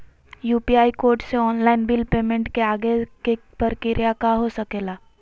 UPI code से online bill payment के आगे के प्रक्रिया का हो सके ला?